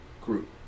group